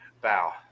bow